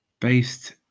based